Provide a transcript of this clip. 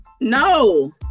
No